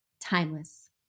timeless